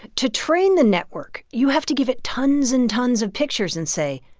to train the network, you have to give it tons and tons of pictures and say,